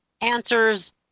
answers